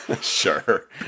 Sure